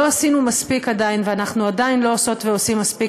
עדיין לא עשינו מספיק,